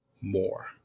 more